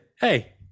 hey